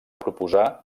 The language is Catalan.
proposar